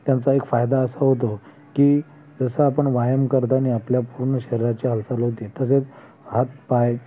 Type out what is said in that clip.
त्यांचा एक फायदा असा होतो की जसं आपण व्यायाम करतानी आपल्या पूर्ण शरीराची हालचाल होते तसेच हात पाय